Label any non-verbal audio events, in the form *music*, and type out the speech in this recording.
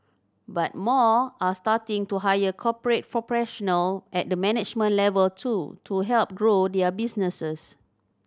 but more are starting to hire corporate *unintelligible* at the management level too to help grow their businesses